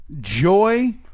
joy